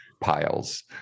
piles